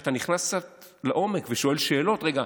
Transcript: כשאתה נכנס קצת לעומק ושואל שאלות: רגע,